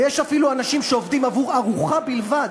ויש אפילו אנשים שעובדים עבור ארוחה בלבד,